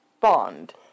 Bond